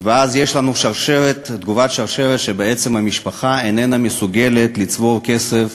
ואז יש לנו תגובת שרשרת שבעצם המשפחה איננה מסוגלת לצבור כסף,